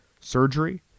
surgery